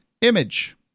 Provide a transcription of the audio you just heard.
image